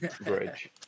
bridge